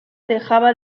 dejaba